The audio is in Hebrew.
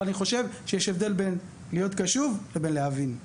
אבל אני חושב שיש הבדל בין להיות קשוב לבין להבין.